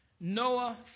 Noah